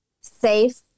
safe